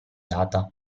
data